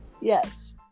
Yes